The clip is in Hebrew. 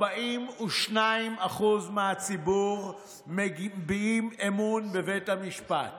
42% מהציבור מביעים אמון בבית המשפט